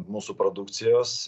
mūsų produkcijos